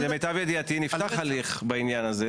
למיטב ידיעתי נפתח הליך בעניין הזה,